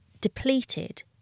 depleted